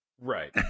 Right